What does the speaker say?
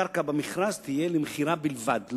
הקרקע במכרז תהיה למכירה בלבד,